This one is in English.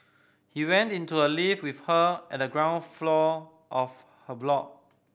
he went into a lift with her at the ground floor of her block